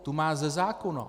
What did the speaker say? Tu má ze zákona.